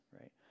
right